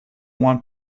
want